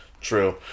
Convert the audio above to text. True